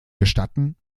gestatten